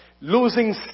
losing